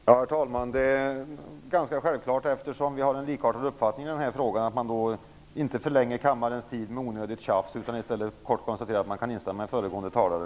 Herr talman! Eftersom vi har en likartad uppfattning i den här frågan är det ganska självklart att jag inte förlänger kammarens debattid med onödigt tjafs utan i stället kort konstaterar att jag kan instämma med föregående talare.